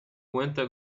cuenta